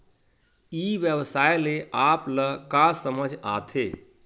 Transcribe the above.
ई व्यवसाय से आप ल का समझ आथे?